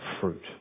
fruit